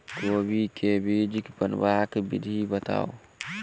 कोबी केँ बीज बनेबाक विधि बताऊ?